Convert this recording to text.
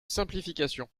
simplification